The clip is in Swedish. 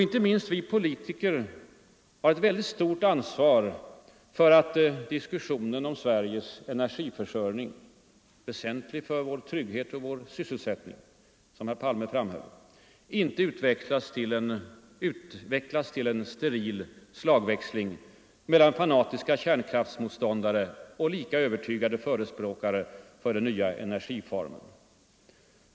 Inte minst vi politiker har ett väldigt stort ansvar för att diskussionen om Sveriges energiförsörjning — väsentlig för vår trygghet och vår sysselsättning, som herr Palme framhöll — inte utvecklas till en steril slagväxling mellan fanatiska kärnkraftsmotståndare och lika övertygade förespråkare för den nya energiformen.